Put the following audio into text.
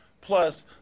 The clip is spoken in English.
Plus